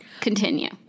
Continue